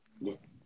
Yes